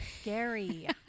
scary